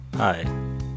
Hi